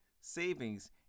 savings